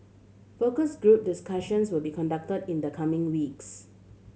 focus group discussions will be conducted in the coming weeks